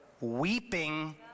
Weeping